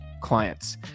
clients